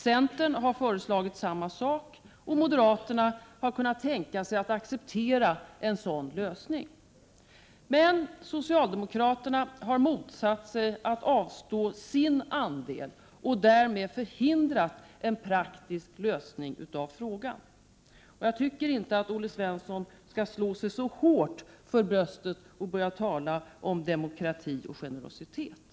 Centern har föreslagit samma sak, och moderaterna har kunnat tänka sig att acceptera en sådan lösning. Socialdemokraterna har dock motsatt sig att avstå sin andel, och de har därmed förhindrat en praktisk lösning av frågan. Jag tycker inte att Olle Svensson skall slå sig så hårt för bröstet och tala om demokrati och generositet.